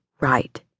right